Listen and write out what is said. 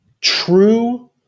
true